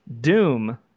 Doom